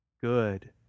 good